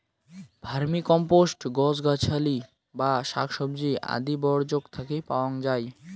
vermicompost গছ গছালি বা শাকসবজি আদি বর্জ্যক থাকি পাওয়াং যাই